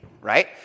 right